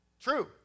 True